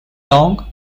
long